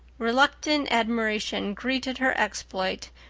reluctant admiration greeted her exploit,